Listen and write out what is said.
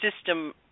system